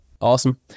Awesome